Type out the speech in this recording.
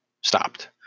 stopped